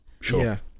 Sure